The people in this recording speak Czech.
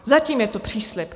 Zatím je to příslib.